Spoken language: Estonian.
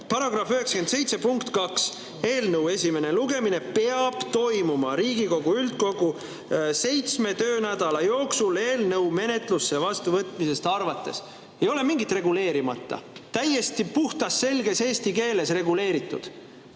Paragrahv 97 punkt 2: "Eelnõu esimene lugemine peab toimuma Riigikogu täiskogu seitsme töönädala jooksul eelnõu menetlusse võtmisest arvates." Ei ole reguleerimata, täiesti puhtas selges eesti keeles reguleeritud.